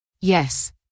Yes